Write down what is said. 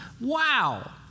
Wow